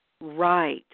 Right